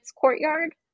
courtyard